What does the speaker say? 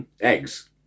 Eggs